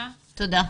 תודה.